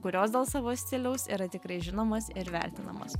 kurios dėl savo stiliaus yra tikrai žinomos ir vertinamos